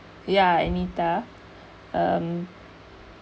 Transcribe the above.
ya anita um